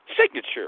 signature